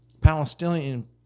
palestinian